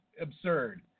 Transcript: absurd